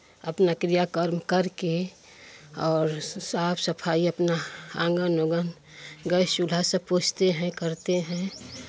अपना क्रिया कर्म करके और साफ सफाई अपना आँगन ऊँगन गैस चूल्हा सब पोछ्ते हैं करते हैं